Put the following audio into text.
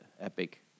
epic